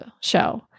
show